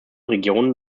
regionen